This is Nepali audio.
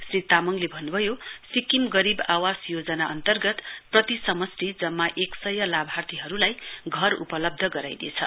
श्री तामाङले भन्नुभयो सिक्किम गरीब आवास योजना अन्तर्ग प्रति समस्टि जम्म एकसय लाभार्थीहरुलाई घर उपलब्ध गराइनेछ